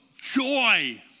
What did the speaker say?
joy